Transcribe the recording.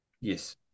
Yes